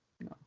no